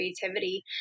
creativity